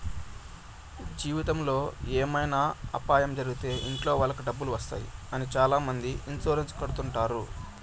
జీవితంలో ఏమైనా అపాయం జరిగితే ఇంట్లో వాళ్ళకి డబ్బులు వస్తాయి అని చాలామంది ఇన్సూరెన్స్ కడుతుంటారు